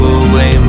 away